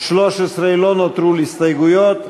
13 לא נותרו הסתייגות,